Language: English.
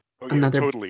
another-